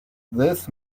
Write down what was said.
this